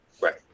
Right